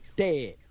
dead